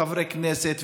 חברי כנסת,